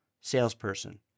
Salesperson